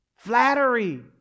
flattery